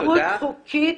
אין לי סמכות חוקית,